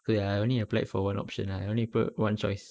ya I only applied for one option lah I only put one choice